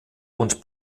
und